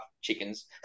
chickens